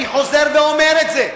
אני חוזר ואומר את זה.